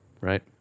Right